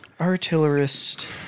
Artillerist